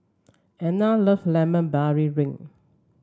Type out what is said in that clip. Anne love Lemon Barley wink